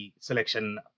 selection